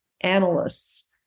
analysts